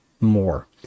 more